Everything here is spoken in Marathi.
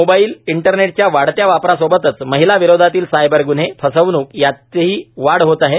मोबाईल इंटरनेटच्या वाढत्या वापरासोबतच महिलांविरोधातील सायबर ग्न्हे फसवणूक यातही वाढ होत आहे